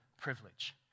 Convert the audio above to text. privilege